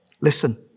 Listen